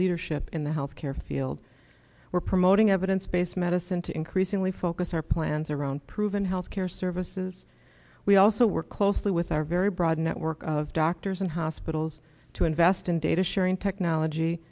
leadership in the health care field we're promoting evidence based medicine to increasingly focus our plans around proven health care services we also work closely with our very broad network of doctors and hospitals to invest in data sharing technology